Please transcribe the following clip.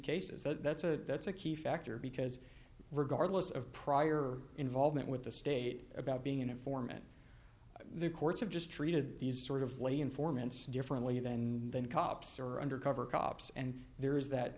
cases so that's a that's a key factor because regardless of prior involvement with the state about being an informant the courts have just treated these sort of lay informants differently than than cops or undercover cops and there is that